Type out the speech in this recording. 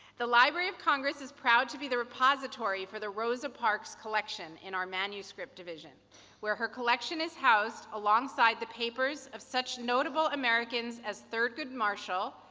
the library of congress is proud to be the repository for the rosa parks collection in our manuscript division where her collection is housed alongside the papers of such notable americans as thurgood marshall,